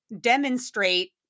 demonstrate